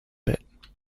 bit